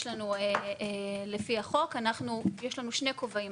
יש לנו, לפי החוק, יש לנו שני כובעים.